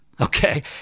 Okay